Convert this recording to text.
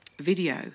video